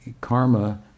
Karma